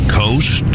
coast